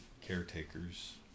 caretakers